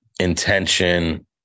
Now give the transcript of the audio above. intention